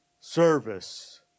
service